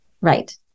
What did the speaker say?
Right